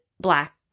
black